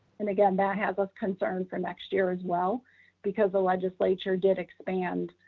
and again, that has us concerned for next year as well because the legislature did expand